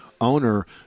owner